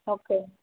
okay